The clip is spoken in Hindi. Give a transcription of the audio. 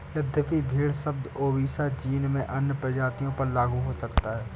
यद्यपि भेड़ शब्द ओविसा जीन में अन्य प्रजातियों पर लागू हो सकता है